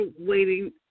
waiting